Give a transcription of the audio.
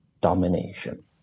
domination